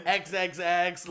xxx